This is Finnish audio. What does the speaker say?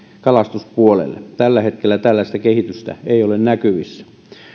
kalastuspuolelle tällä hetkellä tällaista kehitystä ei ole näkyvissä